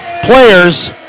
players